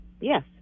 Yes